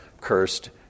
cursed